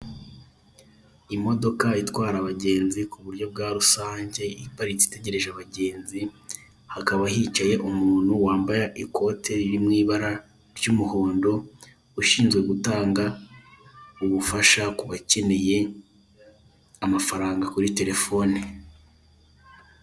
Imodoka itwara abagenzi ku buryo bwa rusange iparitse itegereje abagenzi, hakaba hicaye umuntu wambaye ikote riri mw'ibara ry'umuhondo. Ushinzwe gutanga ubufasha ku bakeneye amafaranga kuri telefone.